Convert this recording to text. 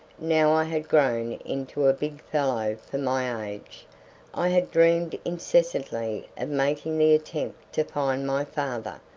now i had grown into a big fellow for my age i had dreamed incessantly of making the attempt to find my father,